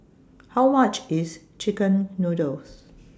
How much IS Chicken Noodles